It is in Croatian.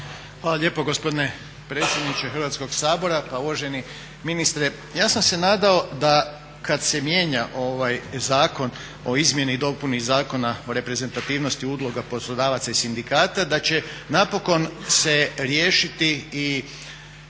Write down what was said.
Hvala lijepo gospodine predsjedniče Hrvatskog sabora. Uvaženi ministre, ja sam se nadao da kad se mijenja ovaj Zakon o izmjeni i dopuni Zakona o reprezentativnosti udruga poslodavaca i sindikata da će napokon se riješiti i